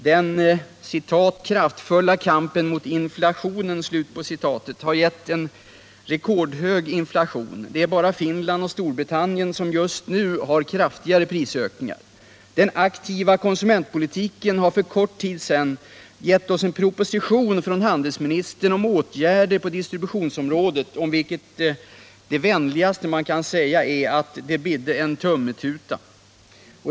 Den ”kraftfulla kampen mot inflationen” har gett oss en rekordhög inflation — det är bara Finland och Storbritannien som just nu har kraftigare prisökningar. Den aktiva konsumentpolitiken har för kort tid sedan gett oss en proposition från handelsministern om åtgärder på distributionsområdet, om vilken det vänligaste man kan säga är att ”det bidde en tummetuta”.